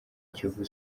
kiyovu